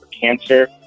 cancer